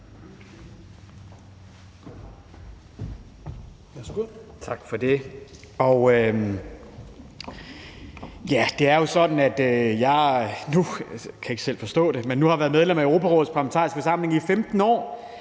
nu har været medlem af Europarådets Parlamentariske Forsamling i 15 år